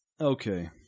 Okay